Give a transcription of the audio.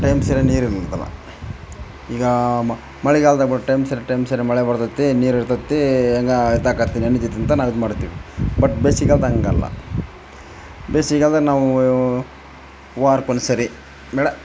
time ಸರಿಯಾಗಿ ನೀರು ಇರೋದಿಲ್ಲ ಈಗ ಮಳೆಗಾಲದಾಗೆ ಟೈಮ್ ಸರಿ ಟೈಮ್ ಸರಿ ಮಳೆ ಬರ್ತದೆ ನೀರು ಇರ್ತದೆ ಈಗ ನಾವು ಇದು ಮಾಡ್ತೇವೆ ಬಟ್ ಬೇಸಿಗೆ ಕಾಲ್ದಾಗೆ ಹಂಗಲ್ಲ ಬೇಸಿಗೆಗಾಲದಾಗೆ ನಾವು ವಾರಕ್ಕೆ ಒಂದ್ಸಲ ಬೇಡ